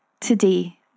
today